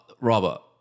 robert